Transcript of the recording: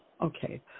Okay